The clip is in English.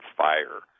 fire